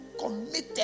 committed